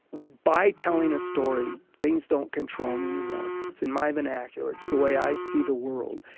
by telling a story, things don't control me anymore. it's in my vernacular. it's the way i see the world.